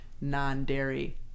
non-dairy